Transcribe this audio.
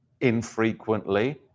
infrequently